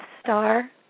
Star